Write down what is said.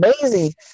amazing